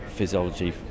physiology